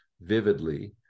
vividly